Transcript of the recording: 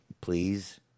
please